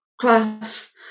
class